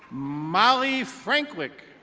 molly frankwick.